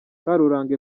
karuranga